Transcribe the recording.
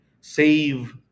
save